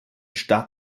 staat